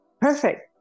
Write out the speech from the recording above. perfect